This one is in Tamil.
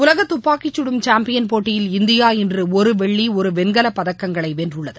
உலக தப்பாக்கிச்சடும் சாம்பியன் போட்டியில் இந்தியா இன்று ஒரு வெள்ளி ஒரு வெண்கல பதக்கங்களை வென்றுள்ளது